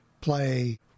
play